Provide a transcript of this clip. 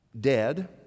dead